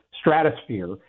stratosphere